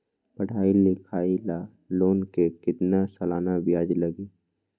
पढाई लिखाई ला लोन के कितना सालाना ब्याज लगी?